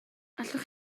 allwch